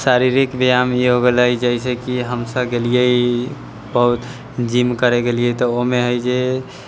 शारीरिक व्यायाम ई हो गेलै जइसे कि हमसब गेलिए बहुत जिम करैलए गेलिए तऽ ओहिमे हइ जे